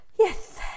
Yes